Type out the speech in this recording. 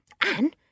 Anne